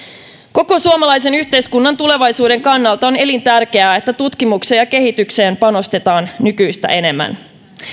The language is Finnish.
koko suomalaisen yhteiskunnan tulevaisuuden kannalta on elintärkeää että tutkimukseen ja kehitykseen panostetaan nykyistä enemmän